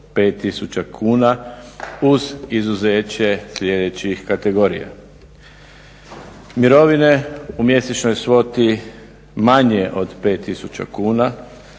5000 kuna uz izuzeće sljedećih kategorija: mirovine u mjesečnoj svoti manje od 5000 kuna,